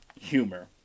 humor